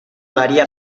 daría